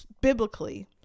biblically